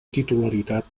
titularitat